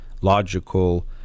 logical